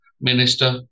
minister